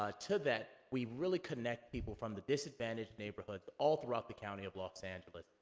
ah to that, we really connect people from the disadvantaged neighborhoods all throughout the county of los angeles,